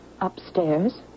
upstairs